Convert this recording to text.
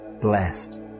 Blessed